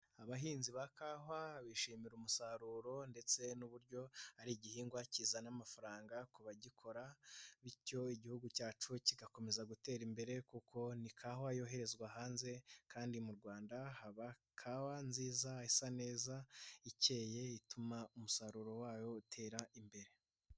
Abahinzi ba kawa bishimira umusaruro ndetse n'uburyo ari igihingwa kizana amafaranga, ku bagikora bityo igihugu cyacu kigakomeza gutera imbere kuko ni kawa yoherezwa hanze kandi mu Rwanda haba kawa nziza, isa neza, ikeyeye, ituma umusaruro wayo utera imbere.